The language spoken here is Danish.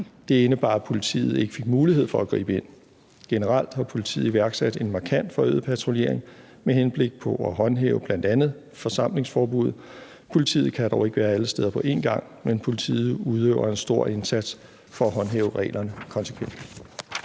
Det indebar, at politiet ikke fik mulighed for at gribe ind. Generelt har politiet iværksat en markant forøget patruljering med henblik på at håndhæve forsamlingsforbuddet. Politiet kan dog ikke være alle steder på en gang, men politiet gør en stor indsats for at håndhæve reglerne konsekvent.